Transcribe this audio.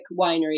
winery